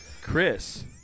chris